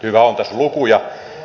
hyvä on tässä on lukuja